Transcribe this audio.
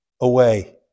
away